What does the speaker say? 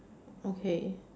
okay